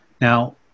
Now